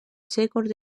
seekord